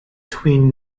twin